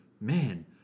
Man